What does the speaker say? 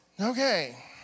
Okay